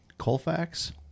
Colfax